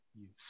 use